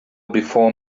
before